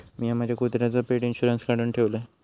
मिया माझ्या कुत्र्याचो पेट इंशुरन्स काढुन ठेवलय